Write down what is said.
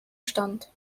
stand